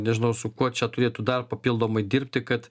nežinau su kuo čia turėtų dar papildomai dirbti kad